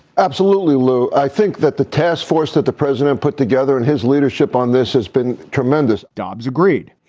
absolutely, lou. i think that the task force that the president put together and his leadership on this has been tremendous dobbs agreed.